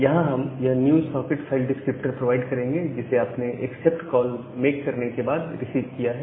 यहां हम यह new socket file descriptor provide करेंगे जिसे आपने एक्सेप्ट कॉल मेक करने के बाद रिसीव किया है